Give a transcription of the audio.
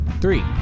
Three